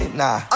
nah